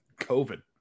COVID